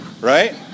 right